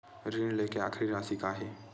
ऋण लेके आखिरी राशि का हे?